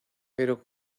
pero